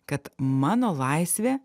kad mano laisvė